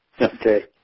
Okay